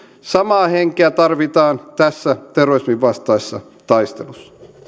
samaa henkeä tarvitaan tässä terrorismin vastaisessa taistelussa